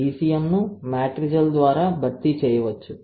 ECM ను Matrigel ద్వారా భర్తీ చేయవచ్చు